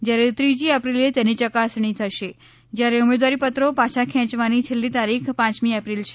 જયારે ત્રીજી એપ્રિલે તેની યકાસણી થશે જયારે ઉમેદવારીપત્રો પાછા ખેંચવાની છેલ્લી તારીખ પાંચમી એપ્રિલ છે